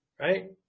right